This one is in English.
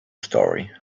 story